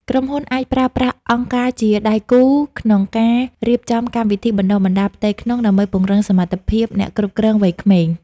ក្រុមហ៊ុនអាចប្រើប្រាស់អង្គការជាដៃគូក្នុងការរៀបចំកម្មវិធីបណ្ដុះបណ្ដាលផ្ទៃក្នុង ដើម្បីពង្រឹងសមត្ថភាពអ្នកគ្រប់គ្រងវ័យក្មេង។